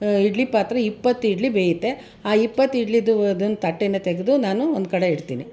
ಇಡ್ಲಿ ಪಾತ್ರೆ ಇಪ್ಪತ್ತು ಇಡ್ಲಿ ಬೇಯತ್ತೆ ಆ ಇಪ್ಪತ್ರು ಇಡ್ಲಿದು ಅದನ್ನ ತಟ್ಟೆನ ತೆಗೆದು ನಾನು ಒಂದು ಕಡೆ ಇಡ್ತೀನಿ